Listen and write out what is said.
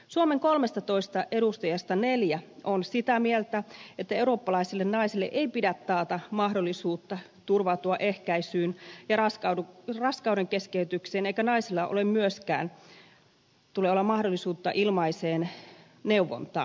suomen kolmestatoista edustajasta neljä on sitä mieltä että eurooppalaiselle naiselle ei pidä taata mahdollisuutta turvautua ehkäisyyn ja raskauden keskeytykseen eikä naisella myöskään tule olla mahdollisuutta ilmaiseen neuvontaan